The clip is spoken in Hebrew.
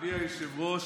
אדוני היושב-ראש,